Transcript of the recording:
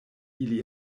ili